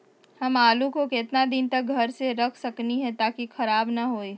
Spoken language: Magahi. हम आलु को कितना दिन तक घर मे रख सकली ह ताकि खराब न होई?